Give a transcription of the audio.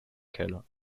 keller